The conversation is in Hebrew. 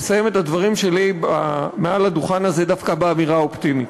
לסיים את הדברים שלי מעל הדוכן הזה דווקא באמירה אופטימית.